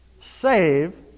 Save